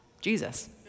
Jesus